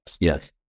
Yes